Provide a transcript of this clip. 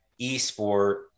esport